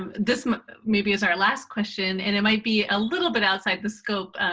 um this maybe is our last question. and it might be a little bit outside the scope,